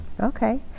Okay